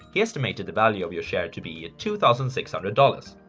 he estimated the value of your share to be two thousand six hundred dollars.